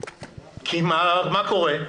כי מה קורה?